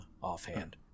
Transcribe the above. offhand